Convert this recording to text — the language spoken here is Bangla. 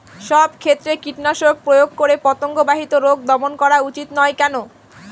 সব ক্ষেত্রে কীটনাশক প্রয়োগ করে পতঙ্গ বাহিত রোগ দমন করা উচিৎ নয় কেন?